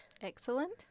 excellent